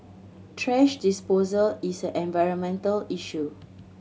thrash disposal is an environmental issue